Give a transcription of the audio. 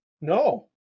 No